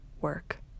work